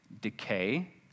decay